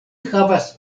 havas